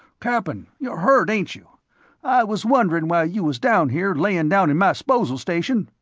cap'n, you're hurt, ain't you? i was wonderin' why you was down here layin down in my sposal station.